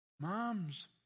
Moms